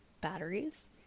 batteries